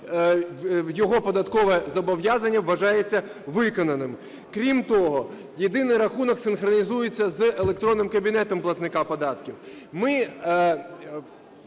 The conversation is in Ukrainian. його податкове зобов'язання вважається виконаним. Крім того, єдиний рахунок синхронізується з електронним кабінетом платника податків. Ми